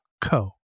co